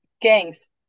gangs